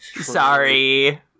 Sorry